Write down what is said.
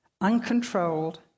uncontrolled